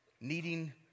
needing